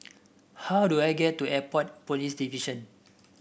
how do I get to Airport Police Division